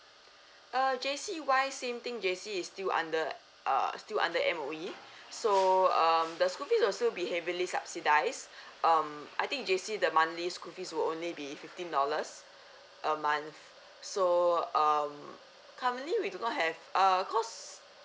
uh J_C one same thing J_C is still under uh still under M_O_E so um the school fee also be heavily subsidized um I think J_C the monthly school fees will only be fifteen dollars a month so um currently we do not have uh cause